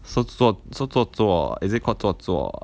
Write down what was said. so so so 做作 is it called 做作